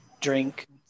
drink